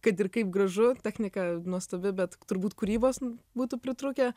kad ir kaip gražu technika nuostabi bet turbūt kūrybos būtų pritrūkę